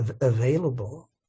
available